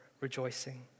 rejoicing